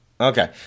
okay